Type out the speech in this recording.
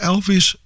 Elvis